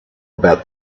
about